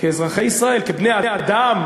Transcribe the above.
כאזרחי ישראל, כבני-אדם